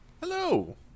Hello